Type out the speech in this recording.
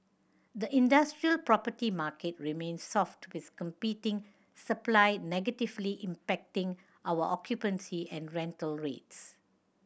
the industrial property market remains soft with competing supply negatively impacting our occupancy and rental rates